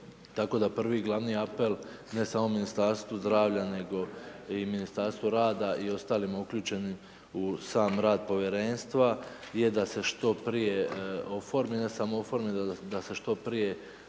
prvi i glavni apel ne samo Ministarstvu zdravlja nego Ministarstvu rada i ostalim uključenim u sam rad Povjerenstva je da se što prije oforme, ne samo oforme da se što prije